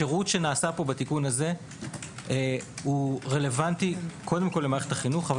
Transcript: השירות שנעשה פה בתיקון הזה הוא רלוונטי קודם כל למערכת החינוך אבל